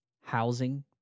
Housing